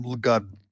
God